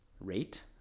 rate